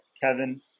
Kevin